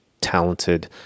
talented